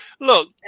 look